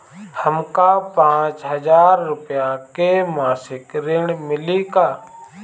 हमका पांच हज़ार रूपया के मासिक ऋण मिली का?